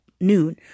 noon